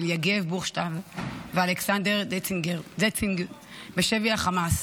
יגב בוכשטב ואלכסנדר דנציג בשבי החמאס.